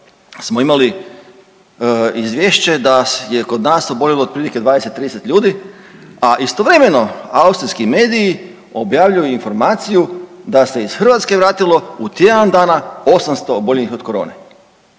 smo imali izvješće da je kod nas oboljelo otprilike 20, 30 ljudi, a istovremeno austrijski mediji objavljuju informaciju da se iz Hrvatske vratilo u tjedan dana 800 oboljelih od korone,